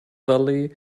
valley